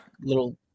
little